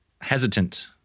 hesitant